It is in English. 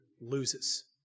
loses